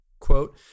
quote